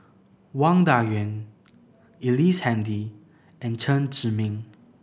Wang Dayuan Ellice Handy and Chen Zhiming